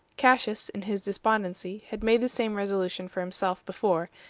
cassius, in his despondency, had made the same resolution for himself before,